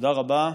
תודה רבה.